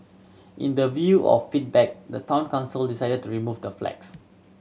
in the view of feedback the Town Council decided to remove the flags